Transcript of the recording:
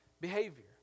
behavior